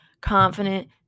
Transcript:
confident